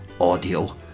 audio